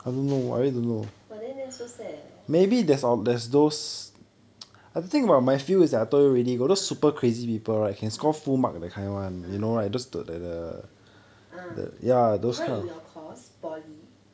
!wah! then that's so sad leh ah ah ah ah even in your course poly